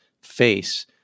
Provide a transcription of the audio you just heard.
face